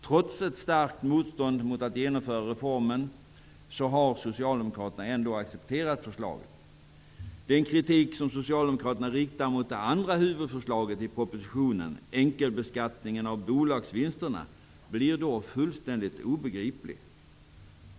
Trots ett starkt motstånd mot ett genomförande av reformen har Socialdemokraterna ändå accepterat förslaget. Den kritik som Socialdemokraterna riktar mot det andra huvudförslaget i propositionen, enkelbeskattningen av bolagsvinsterna, blir då fullständigt obegriplig.